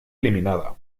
eliminada